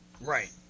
Right